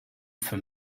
for